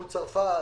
מול צרפת,